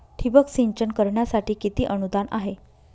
ठिबक सिंचन करण्यासाठी किती अनुदान आहे?